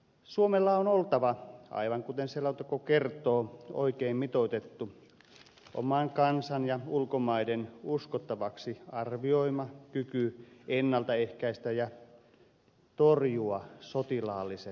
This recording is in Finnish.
suomella on oltava aivan kuten selonteko kertoo oikein mitoitettu oman kansan ja ulkomaiden uskottavaksi arvioima kyky ennalta ehkäistä ja torjua sotilaalliset uhat